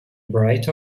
bright